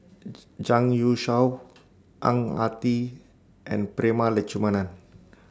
Zhang Youshuo Ang Ah Tee and Prema Letchumanan